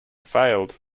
failed